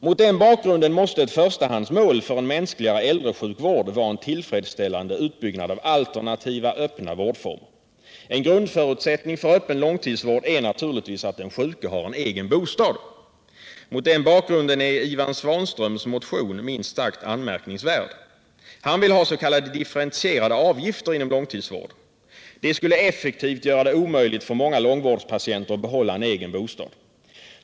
Mot den bakgrunden måste ett förstahandsmål för en mänskligare äldresjukvård vara en tillfredsställande utbyggnad av alternativa, öppna vårdformer. En grundförutsättning för öppen långtidsvård är naturligtvis att den sjuke har en egen bostad. Mot den bakgrunden är Ivan Svanströms motion minst sagt anmärkningsvärd. Han vill has.k. differentierade avgifter inom långtidsvården. Det skulle effektivt göra det omöjligt för många långvårdspatienter att behålla en egen bostad.